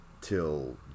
till